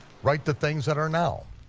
write the things that are now,